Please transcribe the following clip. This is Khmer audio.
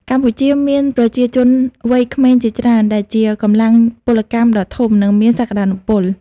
កម្ពុជាមានប្រជាជនវ័យក្មេងជាច្រើន ដែលជាកម្លាំងពលកម្មដ៏ធំ និងមានសក្ដានុពល។